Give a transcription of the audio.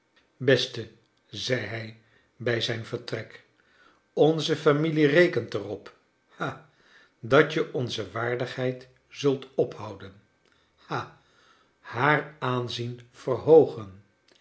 beste zei hij bij zijn vertrek onze familie rekent er op ha dat je onze waardigheid zult ophouden ha haar aanzien verhoogen